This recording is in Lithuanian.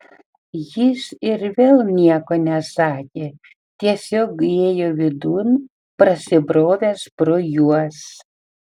jis ir vėl nieko nesakė tiesiog įėjo vidun prasibrovęs pro juos